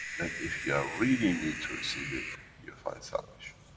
and if you are really need to receive it, you'll find salvation.